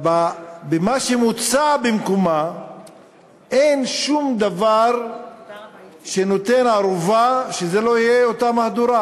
במה שמוצע במקומה אין שום דבר שנותן ערובה שזו לא תהיה אותה מהדורה,